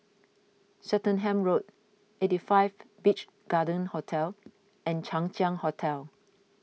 Swettenham Road eighty five Beach Garden Hotel and Chang Ziang Hotel